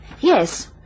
Yes